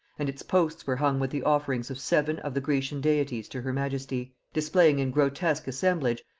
and its posts were hung with the offerings of seven of the grecian deities to her majesty displaying in grotesque assemblage,